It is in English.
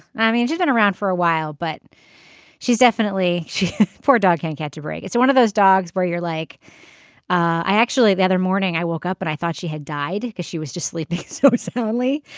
i mean she's been around for a while but she's definitely she for dog can't catch a break. it's one of those dogs where you're like i actually the other morning i woke up and i thought she had died because she was just sleeping so soundly.